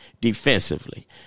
defensively